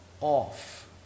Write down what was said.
off